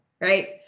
right